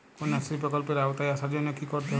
কন্যাশ্রী প্রকল্পের আওতায় আসার জন্য কী করতে হবে?